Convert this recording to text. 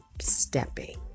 stepping